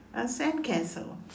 a sandcastle